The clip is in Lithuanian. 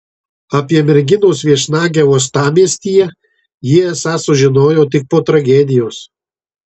apie merginos viešnagę uostamiestyje jie esą sužinojo tik po tragedijos